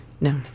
No